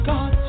God